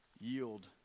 yield